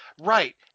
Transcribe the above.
Right